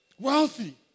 wealthy